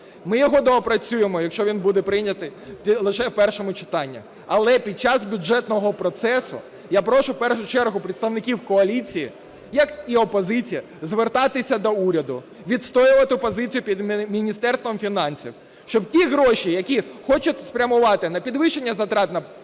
Ми його доопрацюємо, якщо він буде прийнятий лише в першому читанні. Але під час бюджетного процесу, я прошу в першу чергу представників коаліції, як і опозиції, звертатися до уряду, відстоювати позицію під Міністерством фінансів. Щоб ті гроші, які хочуть спрямувати на підвищення затрат на Президента,